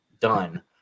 done